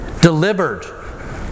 delivered